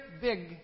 big